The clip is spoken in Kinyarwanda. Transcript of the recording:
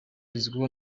igizwe